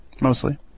mostly